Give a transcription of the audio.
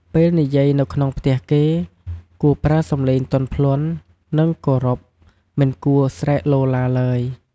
ពេលនិយាយនៅក្នុងផ្ទះគេ គួរប្រើសំឡេងទន់ភ្លន់ និងគោរព មិនគួរស្រែកឡូរឡារឡើយ។